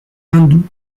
hindous